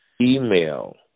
email